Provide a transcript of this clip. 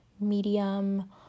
Medium